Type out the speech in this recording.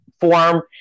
form